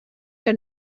que